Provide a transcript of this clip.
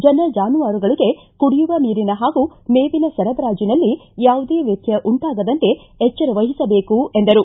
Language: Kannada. ಜನ ಜಾನುವಾರುಗಳಿಗೆ ಕುಡಿಯುವ ನೀರಿನ ಪಾಗೂ ಮೇವಿನ ಸರಬರಾಜಿನಲ್ಲಿ ಯಾವುದೇ ವ್ಯತ್ಯಯ ಉಂಟಾಗದಂತೆ ಎಚ್ಚರವಹಿಸಬೇಕು ಎಂದರು